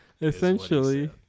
Essentially